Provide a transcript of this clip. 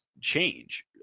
change